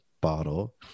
bottle